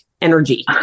energy